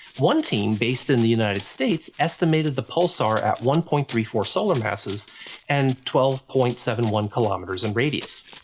one team based in the united states. estimated the pulsar at one point three four solar masses and twelve point seven one km um and in radius.